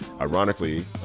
Ironically